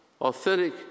Authentic